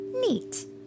neat